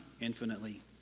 infinitely